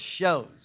shows